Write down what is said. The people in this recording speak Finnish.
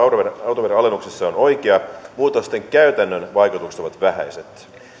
autoveron alennuksessa on oikea muutosten käytännön vaikutukset ovat vähäiset